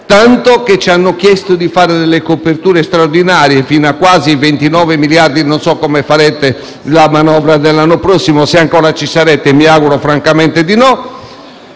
tanto che ci hanno chiesto di fare delle coperture straordinarie, fino a quasi 29 miliardi (non so come farete la manovra dell'anno prossimo, se ancora ci sarete e mi auguro francamente di no),